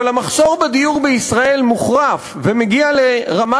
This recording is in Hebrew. אבל המחסור בדיור בישראל מוחרף ומגיע לרמה